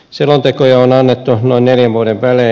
selontekoja on annettu noin neljän vuoden välein